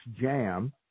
jam